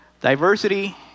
Diversity